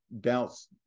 doubts